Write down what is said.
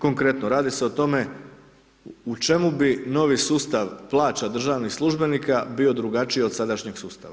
Konkretno, radi se o tome u čemu bi novi sustav plaća državnih službenika bio drugačiji od sadašnjeg sustava?